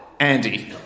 Andy